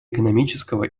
экономического